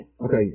Okay